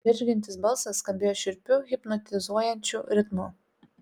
džeržgiantis balsas skambėjo šiurpiu hipnotizuojančiu ritmu